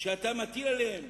שאתה מטיל עליהם.